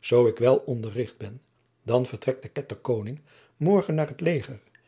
zoo ik wel onderricht ben dan vertrekt de ketterkoning morgen naar het leger